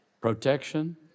Protection